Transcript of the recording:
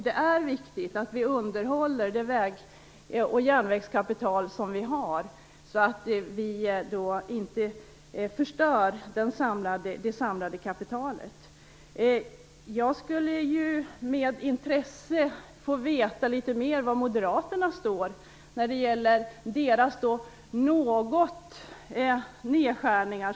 Det är viktigt att vi underhåller det väg och järnvägskapital vi har så att vi inte förstör det samlade kapitalet. Jag skulle med intresse vilja veta litet mer om var Moderaterna står när det gäller nedskärningar.